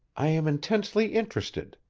i am intensely interested,